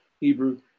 Hebrew